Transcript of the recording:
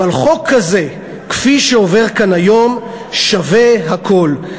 אבל חוק כזה, כפי שעובר כאן היום, שווה הכול.